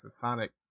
Sonic